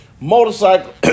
motorcycle